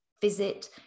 visit